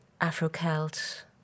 Afro-Celt